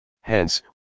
Hence